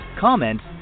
comments